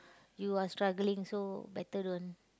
you are struggling so better don't